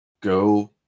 go